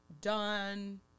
done